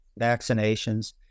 vaccinations